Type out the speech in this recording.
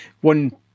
One